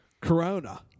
corona